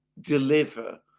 deliver